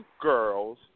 girls